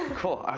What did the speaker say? cool. ah